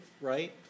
right